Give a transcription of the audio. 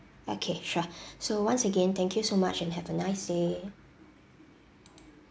okay sure so once again thank you so much and have a nice day